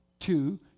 two